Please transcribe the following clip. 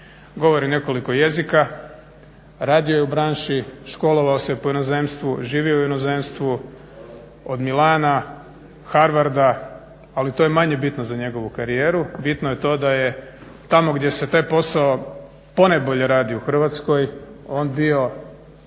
govori nekoliko jezika, radio je u branši, školovao se po inozemstvu, živio u inozemstvu, od Milana, Harvarda, ali to je manje bitno za njegovu karijeru. Bitno je to da je tamo gdje se taj posao ponajbolje radi u Hrvatskoj on bio